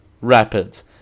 Rapids